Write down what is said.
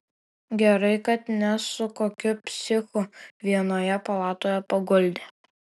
gerai kad ne su kokiu psichu vienoje palatoje paguldė